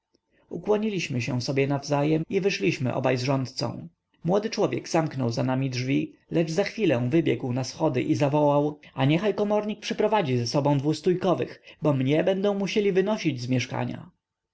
ukłoniliśmy się sobie nawzajem i wyszliśmy obaj z rządcą młody człowiek zamknął za nami drzwi lecz za chwilę wybiegł na schody i zawołał a niechaj komornik przyprowadzi ze sobą dwu stójkowych bo mnie będą musieli wynosić z mieszkania